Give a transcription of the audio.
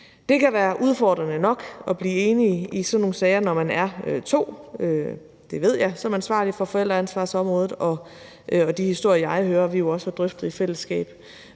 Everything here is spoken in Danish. Det kan være udfordrende nok at blive enige i sådan nogle sager, når man er to. Det ved jeg som ansvarlig for forældreansvarsområdet og fra de historier, som jeg hører, og som vi jo også drøfter i fællesskab,